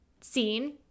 scene